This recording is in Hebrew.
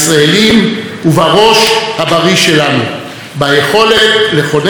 ביכולת לכונן מחדש את השיחה בינינו כשיחה